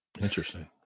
Interesting